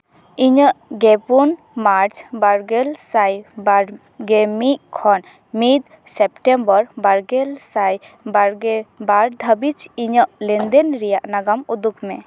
ᱤᱧᱟᱹᱜ ᱜᱮᱯᱩᱱ ᱢᱟᱨᱪ ᱵᱟᱨᱜᱮᱞ ᱥᱟᱭ ᱵᱟᱨ ᱜᱮᱢᱤᱫ ᱠᱷᱚᱱ ᱢᱤᱫ ᱥᱮᱯᱴᱮᱢᱵᱚᱨ ᱵᱟᱨ ᱜᱮᱞ ᱥᱟᱭ ᱵᱟᱨ ᱜᱮᱞ ᱵᱟᱨ ᱫᱷᱟᱹᱵᱤᱡ ᱤᱧᱟᱹᱜ ᱞᱮᱱᱫᱮᱱ ᱨᱮᱭᱟᱜ ᱱᱟᱜᱟᱢ ᱩᱫᱩᱜᱽ ᱢᱮ